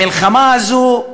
המלחמה הזאת,